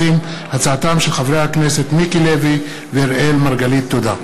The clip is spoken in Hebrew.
דיון מהיר בהצעתם של חברי הכנסת מיקי לוי ואראל מרגלית בנושא: